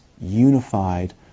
unified